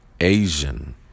Asian